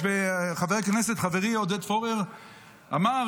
חברי עודד פורר שואל,